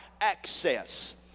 access